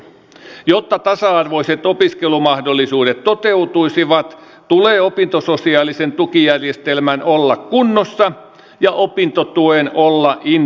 jotta tasa arvoiset opiskelumahdollisuudet toteutuisivat tulee opintososiaalisen tukijärjestelmän olla kunnossa ja opintotuen olla indeksiin sidottu